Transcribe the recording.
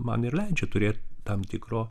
man ir leidžia turėt tam tikro